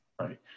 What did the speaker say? Right